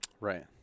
Right